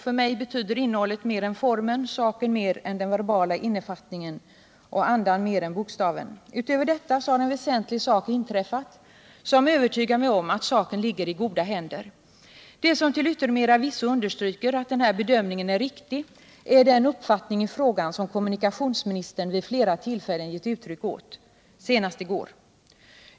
För mig betyder innehållet mer än formen, saken mer än den verbala infattningen och andan mer än bokstaven. Utöver detta har en väsentlig sak inträffat, som övertygar mig om att frågan ligger i goda händer. Det som till yttermera visso understryker att den här bedömningen är riktig är den uppfattning i frågan som kommunikationsministern vid flera tillfällen gett uttryck åt, senast i går.